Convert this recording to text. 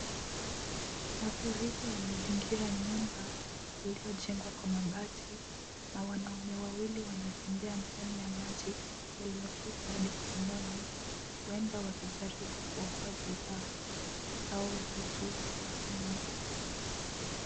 Mafuriko yamezingira nyumba iliyojengwa kwa mabati na wanaume wawili wanatembea ndani ya maji iliyofika hadi kiunoni. Huenda wakijaribu kuokoa bidhaa au vitu muhimu.